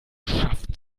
schafften